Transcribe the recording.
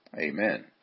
Amen